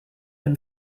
been